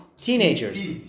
Teenagers